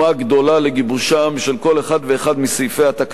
לגיבושם של כל אחד ואחד מסעיפי התקנון,